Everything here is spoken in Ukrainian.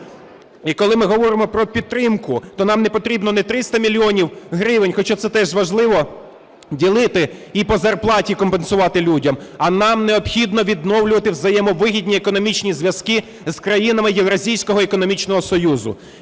І коли ми говоримо про підтримку, то нам потрібно не 300 мільйонів гривень, хоча це теж важливо, ділити і по зарплаті компенсувати людям, а нам необхідно відновлювати взаємовигідні економічні зв'язки з країнами Євразійського економічного союзу.